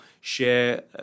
share